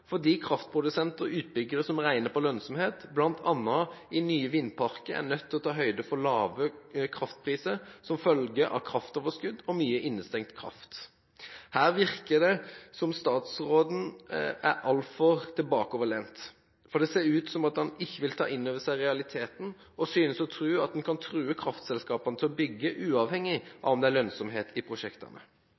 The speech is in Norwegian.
fordi kraftprodusenter og utbyggere som regner på lønnsomhet bl.a. i nye vindparker, er nødt til å ta høyde for lave kraftpriser som følge av kraftoverskudd og mye innestengt kraft. Her virker det som om statsråden er altfor bakoverlent. Det ser ut som om han ikke vil ta inn over seg realiteten, og synes å tro at han kan true kraftselskapene til å bygge uavhengig av lønnsomheten i prosjektene.